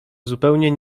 zupełnie